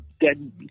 dead